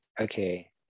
Okay